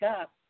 up